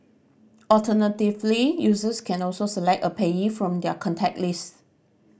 alternatively users can also select a payee from their contact list